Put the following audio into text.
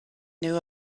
knew